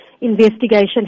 investigation